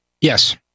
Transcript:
Yes